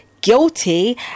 guilty